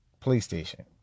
PlayStation